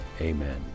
Amen